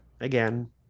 Again